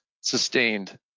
sustained